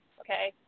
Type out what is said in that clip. okay